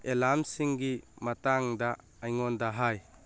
ꯑꯦꯂꯥꯔꯝꯁꯤꯡꯒꯤ ꯃꯇꯥꯡꯗ ꯑꯩꯉꯣꯟꯗ ꯍꯥꯏ